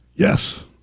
Yes